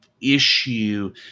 issue